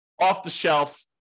off-the-shelf